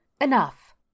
Enough